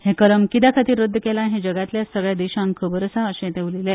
हे कलम कित्याखातीर रद्द केला हे जगातल्या सगल्या देशांक खबर आसा अशेंय ते उलयले